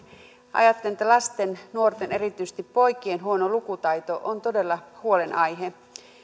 ajattelen että lasten nuorten ja erityisesti poikien huono lukutaito on todella huolenaihe